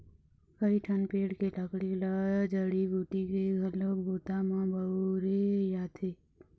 कइठन पेड़ के लकड़ी ल जड़ी बूटी के घलोक बूता म बउरे जाथे